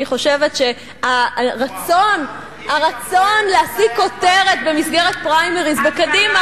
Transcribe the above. אני חושבת שהרצון להשיג כותרת במסגרת פריימריס בקדימה